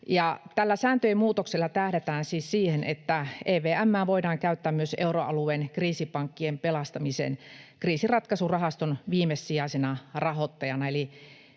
tällä sääntöjen muutoksella tähdätään siis siihen, että EVM:ää voidaan käyttää myös euroalueen kriisipankkien pelastamiseen kriisinratkaisurahaston viimesijaisena rahoittajana,